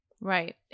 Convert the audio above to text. Right